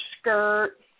skirt